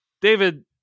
David